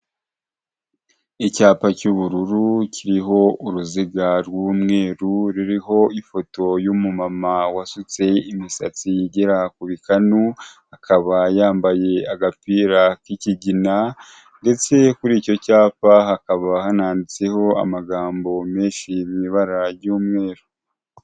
Icyapa cy'ubururu kiriho uruziga rw'umweru ruriho ifoto y'umumama wasutse imisatsi igera ku bikanu akaba yambaye agapira k'ikigina ndetse kuri icyo cyapa hakaba hananditseho amagambo menshi ari mu ibara ry'umweru.